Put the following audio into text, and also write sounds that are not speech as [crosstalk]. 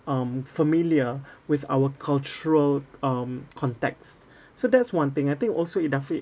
um familiar with our cultural um context [breath] so that's one thing I think also idafi